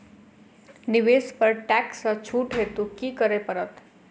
निवेश पर टैक्स सँ छुट हेतु की करै पड़त?